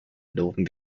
loben